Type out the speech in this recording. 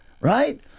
right